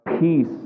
peace